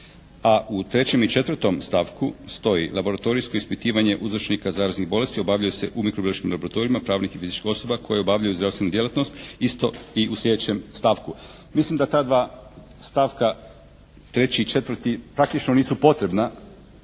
A u 3. i 4. stavku stoji. Laboratorijsko ispitivanje uzročnika zaraznih bolesti obavljaju se u mikrobiološkim laboratorijima pravnih i fizičkih osoba koje obavljaju zdravstvenu djelatnost isto i u sljedećem stavku. Mislim da ta dva stavka 3. i 4. praktično nisu potrebna